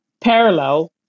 parallel